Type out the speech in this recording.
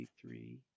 three